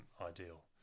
ideal